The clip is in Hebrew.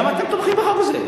למה אתם תומכים בחוק הזה?